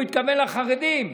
הוא התכוון לחרדים,